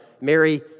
Mary